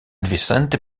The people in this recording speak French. vicente